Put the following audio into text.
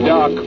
Doc